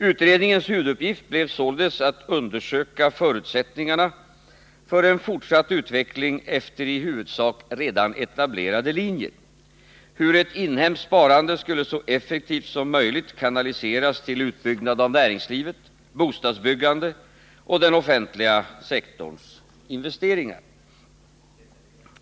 Utredningens huvuduppgift blev således att undersöka förutsättningarna för en fortsatt utveckling efter i huvudsak redan etablerade linjer — hur ett inhemskt sparande skulle så effektivt som möjligt kanaliseras till utbyggnad av näringslivet, bostadsbyggande och den offentliga sektorns investeringar.